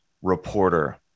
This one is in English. reporter